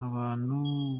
abantu